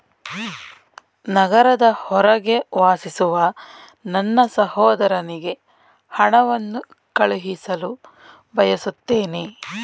ನಗರದ ಹೊರಗೆ ವಾಸಿಸುವ ನನ್ನ ಸಹೋದರನಿಗೆ ಹಣವನ್ನು ಕಳುಹಿಸಲು ಬಯಸುತ್ತೇನೆ